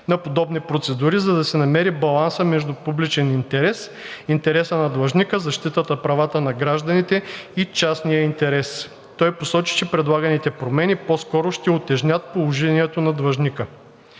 на подобни процедури, за да се намери баланса между публичния интерес, интереса на длъжника, защитата правата на гражданите и частния интерес. Той посочи, че предлаганите промени по-скоро ще утежнят положението на длъжника.